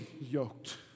yoked